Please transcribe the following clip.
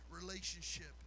relationship